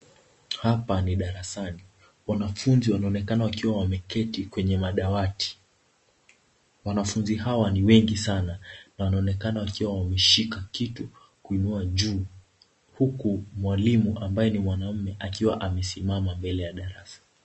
Hapa ni darasani, wanafunzi wanaonekana wakiwa wameketi kwenye madawati. Wanafunzi hawa ni wengi sana, na wanaonekana wakiwa wameshika kitu, kuinua juu huku mwalimu ambaye ni mwanaume akiwa amesimama mbele ya darasa.